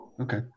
okay